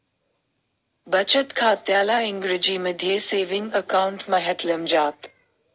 बचत खात्याला इंग्रजीमध्ये सेविंग अकाउंट म्हटलं जातं